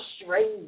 strange